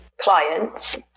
clients